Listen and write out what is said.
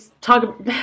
talk